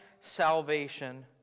salvation